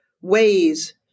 ways